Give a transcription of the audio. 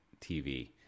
TV